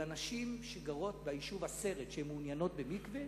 לנשים שגרות ביישוב עשרת ומעוניינות במקווה